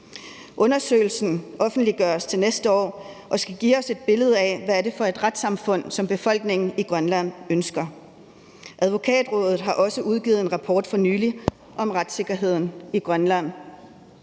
Undersøgelsen offentliggøres til næste år, og den skal give os et billede af, hvad det er for et retssamfund, som befolkningen i Grønland ønsker. Advokatrådet har for nylig også udgivet en rapport om retssikkerheden i Grønland.